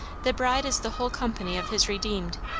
the bride is the whole company of his redeemed.